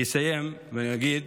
אני אסיים ואגיד: